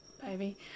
baby